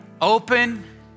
Open